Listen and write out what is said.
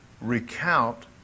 recount